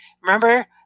Remember